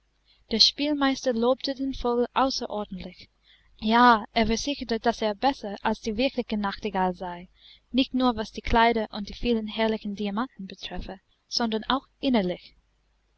der spielmeister lobte den vogel außerordentlich ja er versicherte daß er besser als die wirkliche nachtigall sei nicht nur was die kleider und die vielen herrlichen diamanten betreffe sondern auch innerlich